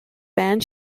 band